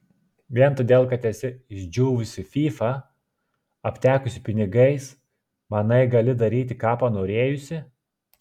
vien todėl kad esi išdžiūvusi fyfa aptekusi pinigais manai gali daryti ką panorėjusi